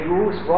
use